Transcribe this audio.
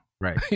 Right